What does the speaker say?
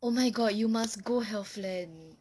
oh my god you must go healthland